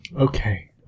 Okay